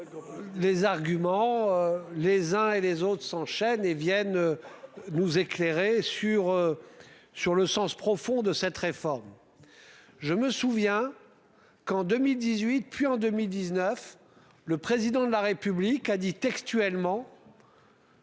Les arguments les uns et les autres s'enchaînent et viennent. Nous éclairer sur. Sur le sens profond de cette réforme. Je me souviens. Qu'en 2018 puis en 2019, le président de la République a dit textuellement.